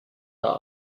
der